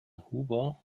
huber